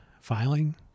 filing